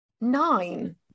nine